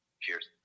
Cheers